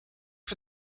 for